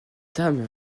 dame